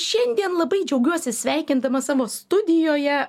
šiandien labai džiaugiuosi sveikindama savo studijoje